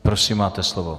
Prosím, máte slovo.